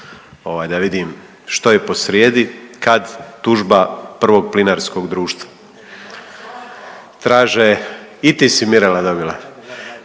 da vidim što je posrijedi kad tužba Prvog plinarskog društva. Traže, i ti si Mirela dobila?